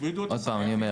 עוד פעם אני אומר,